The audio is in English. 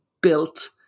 built